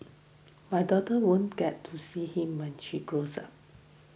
my daughter won't get to see him when she grows up